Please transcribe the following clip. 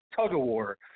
tug-of-war